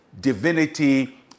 divinity